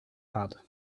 had